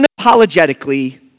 unapologetically